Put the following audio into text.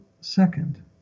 second